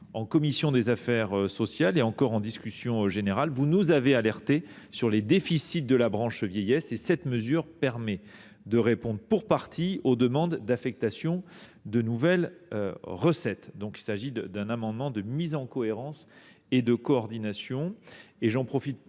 En commission des affaires sociales et durant la discussion générale, vous nous avez alertés sur les déficits de la branche vieillesse. Cette mesure permet de répondre pour partie aux demandes d’affectation de nouvelles recettes. Il s’agit d’un amendement de mise en cohérence et de coordination.